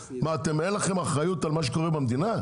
אין לכם אחריות על מה שקורה במדינה?